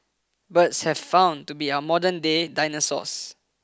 birds have been found to be our modernday dinosaurs